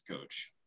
coach